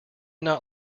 not